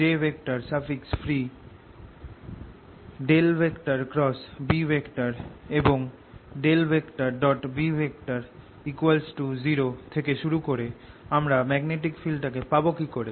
H jfree B এবং B0 থেকে শুরু করে আমরা ম্যাগনেটিক ফিল্ডটাকে পাব কিকরে